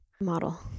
model